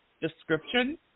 description